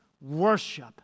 worship